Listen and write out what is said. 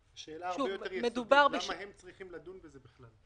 שאלה הרבה יותר יסודית היא למה הם צריכים לדון בזה בכלל.